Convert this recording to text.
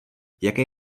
jaké